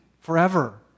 forever